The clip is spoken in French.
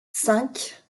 cinq